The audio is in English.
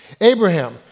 Abraham